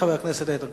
חבר הכנסת איתן כבל.